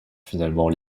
finalement